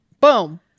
Boom